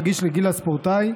רגיש לגיל הספורטאי,